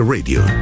Radio